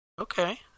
Okay